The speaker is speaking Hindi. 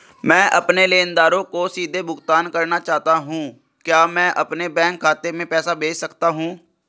मैं अपने लेनदारों को सीधे भुगतान करना चाहता हूँ क्या मैं अपने बैंक खाते में पैसा भेज सकता हूँ?